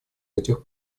этих